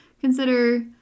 consider